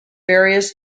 various